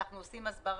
אנחנו עושים הסברה.